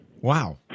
Wow